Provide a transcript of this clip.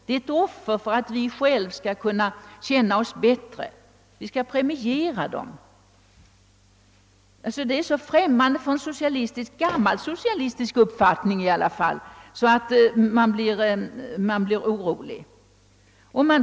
Det är ett offer för att vi själva skall kunna känna oss bättre. Detta är så främmande för gammal socialistisk uppfattning att man blir orolig.